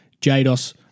Jados